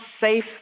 safe